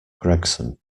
gregson